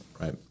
right